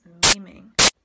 memeing